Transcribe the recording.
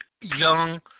young